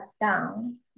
down